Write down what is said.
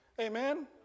Amen